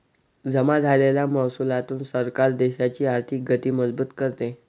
जमा झालेल्या महसुलातून सरकार देशाची आर्थिक गती मजबूत करते